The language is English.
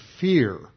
fear